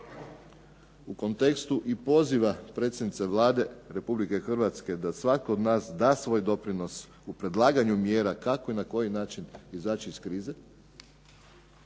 u kontekstu i poziva predsjednice Vlade Republike Hrvatske da svatko od nas da svoj doprinos u predlaganju mjera kako i na koji način izaći iz krize